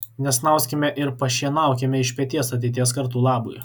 nesnauskime ir pašienaukime iš peties ateities kartų labui